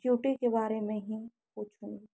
beauty के बारे में हीं पूछूँगी